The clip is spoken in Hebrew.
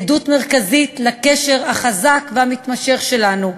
עדות מרכזית לקשר החזק והמתמשך שלנו,